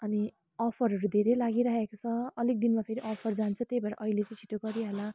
अनि अफरहरू धेरै लागिरहेको छ अलिक दिनमा फेरि अफर जान्छ त्यही भएर अहिले चाहिँ छिटो गरिहाल